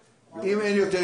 אם אין יותר התייחסויות,